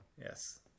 Yes